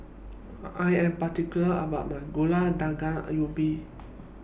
I Am particular about My Gulai Daun Ubi